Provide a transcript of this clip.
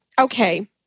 okay